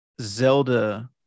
zelda